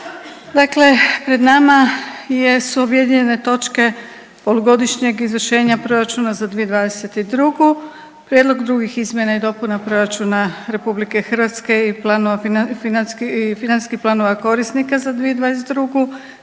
Dakle pred nama jesu objedinjene točke polugodišnjeg izvršenja Proračuna za 2022., prijedlog drugih izmjena i dopuna proračuna RH i planova .../nerazumljivo/... i financijskih planova korisnika za 2022.